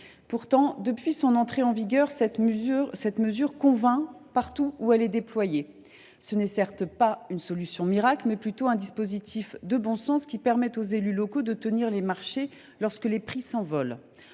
Pourtant, depuis son entrée en vigueur, cette mesure convainc partout où elle est mise en œuvre. Ce n’est certes pas une solution miracle ; il s’agit plutôt d’un dispositif de bon sens, qui permet aux élus locaux de tenir les marchés lorsque les prix s’envolent.